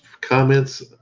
Comments